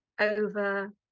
over